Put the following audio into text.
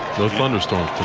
no thunderstorm.